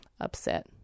upset